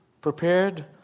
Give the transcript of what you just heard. prepared